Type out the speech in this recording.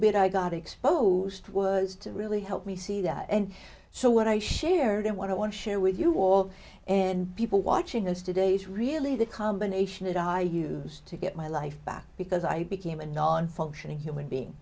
bit i got exposed was to really help me see that and so what i shared and what i want to share with you all and people watching those today's really the combination that i used to get my life back because i became a non functioning human being